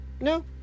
no